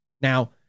Now